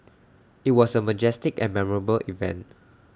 IT was A majestic and memorable event